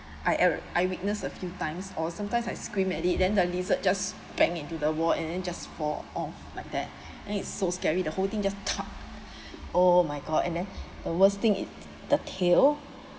I uh I witness a few times or sometimes I scream at it then the lizard just bang into the wall and then just fall off like that then it's so scary the whole thing just oh my god and then the worst thing is the tail